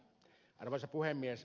arvoisa puhemies